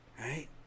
right